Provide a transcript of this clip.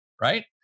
right